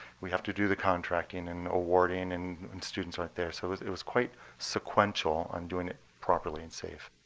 we have to do the contracting in awarding and when students aren't there. so it was it was quite sequential on doing it properly and safe.